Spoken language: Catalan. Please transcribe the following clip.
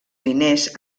diners